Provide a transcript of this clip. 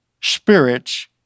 spirits